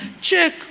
check